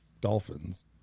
Dolphins